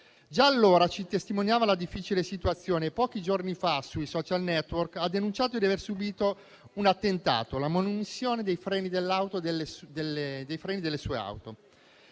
Già allora ci testimoniava la difficile situazione e pochi giorni fa sui *social network* ha denunciato di aver subito un attentato: la manomissione dei freni della sua auto,